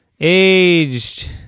aged